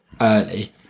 early